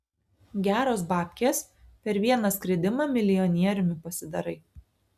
geros babkės per vieną skridimą milijonieriumi pasidarai